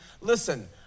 Listen